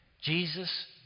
Jesus